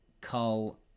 Carl